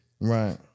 Right